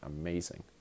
amazing